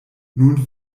nun